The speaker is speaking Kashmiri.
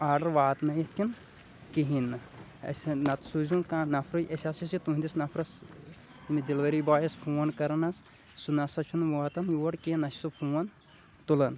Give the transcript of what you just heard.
آرڈَر واتنٲیِتھ کِنۍ کِہینۍ نہٕ اَسہِ نَتہٕ سوٗزُہون کانٛہہ نَفرٕے أسۍ ہَسا چھِ تُہٕنٛدِس نَفرَس أمِس ڈَلؤری بایَس فون کَران حظ سُہ نہ سا چھُنہٕ واتان یور کینٛہہ نہ چھُ سُہ فون تُلَان